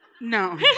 No